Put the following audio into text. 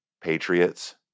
Patriots